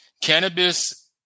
cannabis